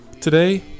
today